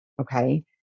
okay